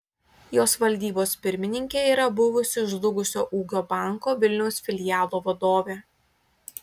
jos valdybos pirmininkė yra buvusi žlugusio ūkio banko vilniaus filialo vadovė